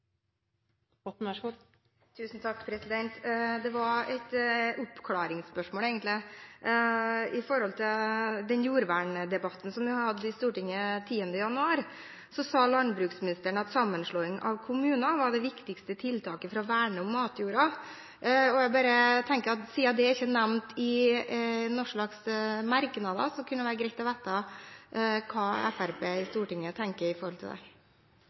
et oppklaringsspørsmål. I den jordverndebatten som vi hadde i Stortinget den 9. januar, sa landbruksministeren at sammenslåing av kommuner var det viktigste tiltaket for å verne om matjorda. Jeg tenker at siden det ikke er nevnt i noen slags merknader, kunne det være greit å vite hva Fremskrittspartiet i Stortinget tenker om det. Den uttalelsen medfører riktighet. Det har i enkelte tilfeller vist seg – og det